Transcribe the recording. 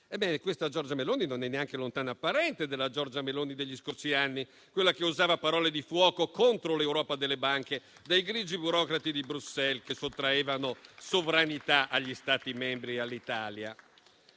europeiste, non sia neanche lontana parente della Giorgia Meloni degli scorsi anni, quella che usava parole di fuoco contro l'Europa delle banche e dei grigi burocrati di Bruxelles, che sottraevano sovranità agli Stati membri e all'Italia.